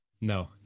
No